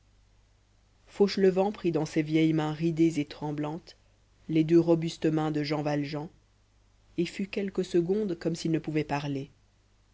fauchelevent prit dans ses vieilles mains ridées et tremblantes les deux robustes mains de jean valjean et fut quelques secondes comme s'il ne pouvait parler